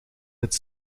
het